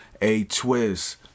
A-Twist